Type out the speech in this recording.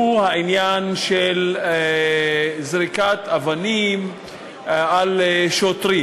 העניין של זריקת אבנים על שוטרים.